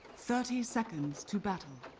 thirty seconds to but